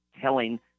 telling